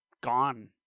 gone